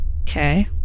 Okay